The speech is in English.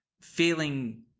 feeling